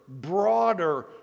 broader